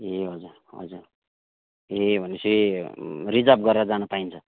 ए हजुर हजुर ए भने पछि रिजर्भ गरेर जान पाइन्छ